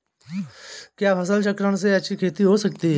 क्या फसल चक्रण से अच्छी खेती हो सकती है?